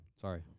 sorry